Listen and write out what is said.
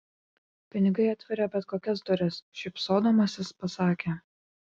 pinigai atveria bet kokias duris šypsodamasis pasakė